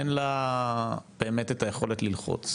אין לה באמת את היכולת ללחוץ.